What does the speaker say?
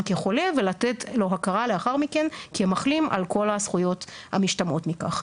כחולה ולתת לו הכרה לאחר מכן כמחלים על כל הזכויות המשתמעות מכך.